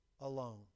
alone